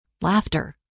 Laughter